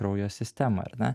kraujo sistemą ar ne